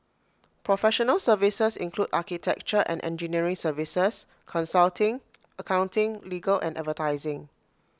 professional services include architecture and engineering services consulting accounting legal and advertising